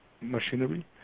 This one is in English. machinery